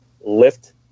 lift